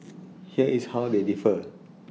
here is how they differ